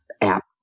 App